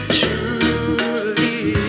truly